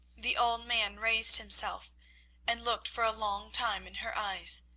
the old man raised himself and looked for a long time in her eyes,